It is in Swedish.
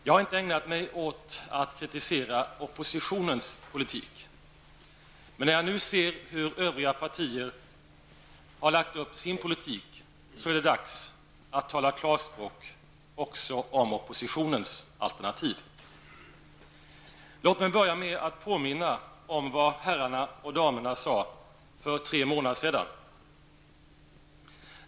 Jag har inte ägnat mig åt att kritisera oppositionens politik. Men när jag nu ser hur övriga partier har lagt upp sin politik finner jag att det är dags att tala klarspråk även om oppositionens alternativ. Låt mig börja med att påminna om vad herrarna och damerna sade för tre månader sedan.